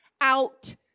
out